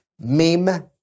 Meme